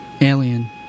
Alien